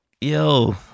yo